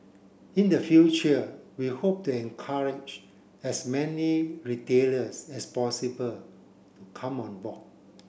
in the future we hope to encourage as many retailers as possible to come on board